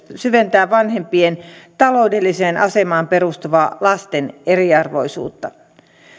syventää vanhempien taloudelliseen asemaan perustuvaa lasten eriarvoisuutta